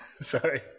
Sorry